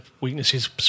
weaknesses